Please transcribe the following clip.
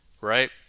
right